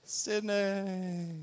Sydney